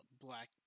Black